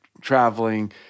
traveling